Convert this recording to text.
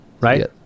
right